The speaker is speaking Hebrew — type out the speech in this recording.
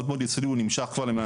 מאוד מאוד יסודי,